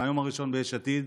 מהיום הראשון ביש עתיד,